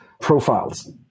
profiles